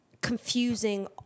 confusing